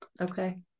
Okay